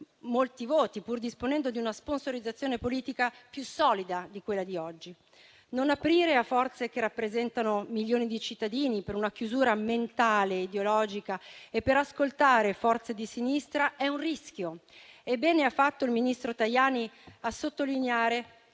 molti voti, pur disponendo di una sponsorizzazione politica più solida di quella di oggi. Non aprire a forze che rappresentano milioni di cittadini per una chiusura mentale e ideologica e per ascoltare forze di sinistra è un rischio. Bene ha fatto il ministro Tajani a sottolineare